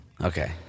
Okay